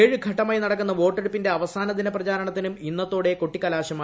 ഏഴ് ഘട്ടമായി നടക്കുന്ന വോട്ടെടുപ്പിന്റെ അവസാന ദിന പ്രചാരണത്തിനും ഇന്നത്തോടെ കൊട്ടിക്കലാശമായി